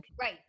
Right